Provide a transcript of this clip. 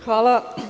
Hvala.